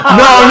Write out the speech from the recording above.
no